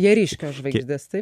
jie ryškios žvaigždės taip